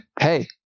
hey